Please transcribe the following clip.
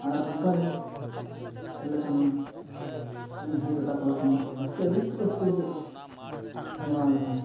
ᱟᱨ ᱚᱱᱠᱟᱜᱮ ᱠᱷᱮᱞ ᱞᱮᱠᱷᱟᱱ ᱢᱟ ᱡᱟᱦᱟᱸᱭ ᱡᱚᱴᱟᱣ ᱠᱚᱲᱟ ᱠᱚ ᱢᱮᱱᱟᱜ ᱠᱚᱣᱟ ᱨᱟᱹᱥᱠᱟᱹ ᱟᱹᱰᱤ ᱠᱷᱩᱵᱽ ᱨᱟᱹᱥᱠᱟᱹ ᱵᱩᱡᱷᱟᱹᱜᱼᱟ ᱠᱷᱮᱞ ᱵᱟᱲᱟ ᱞᱮᱠᱷᱟᱱ